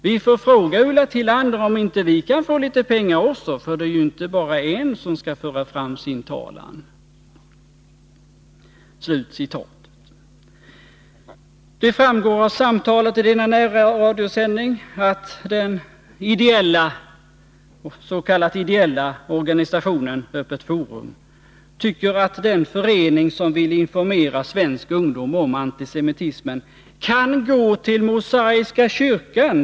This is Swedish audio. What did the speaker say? Vi får fråga Ulla Tillander om inte vi kan få lite pengar också för att det är ju inte bara en som skall föra fram sin talan.” Det framgår av samtalet i denna närradiosändning att den ”ideella” organisationen Öppet forum tycker att den förening som vill informera svensk ungdom om antisemitismen ”kan gå till mosaiska kyrkan.